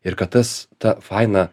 ir kad tas ta faina